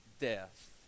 death